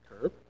curve